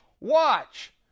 watch